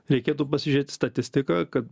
reikėtų pasižiūrėt statistiką kad